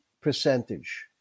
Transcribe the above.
percentage